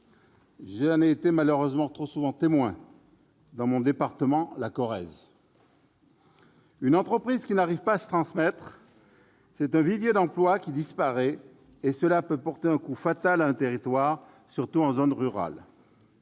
J'en ai malheureusement été trop souvent le témoin dans mon département, la Corrèze. Une entreprise que l'on n'arrive pas à transmettre, c'est un vivier d'emplois qui disparaît, et cela peut porter un coup fatal à un territoire, surtout en zone rurale.